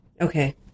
Okay